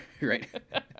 Right